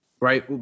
right